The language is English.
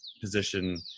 position